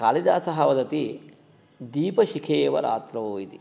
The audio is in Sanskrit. कालिदासः वदति दीपशिखेव रात्रौ इति